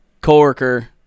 coworker